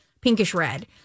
pinkish-red